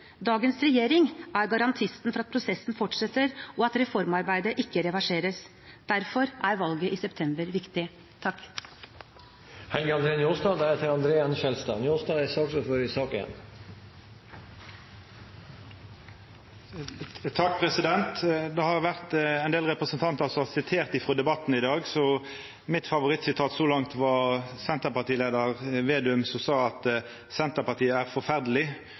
Dagens regjering er garantisten for at prosessen fortsetter, og at reformarbeidet ikke reverseres. Derfor er valget i september viktig. Det har vore ein del representantar som har sitert frå debatten i dag. Mitt favorittsitat så langt er av senterpartileiar Slagsvold Vedum, som sa at Senterpartiet er forferdeleg.